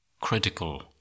critical